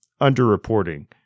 underreporting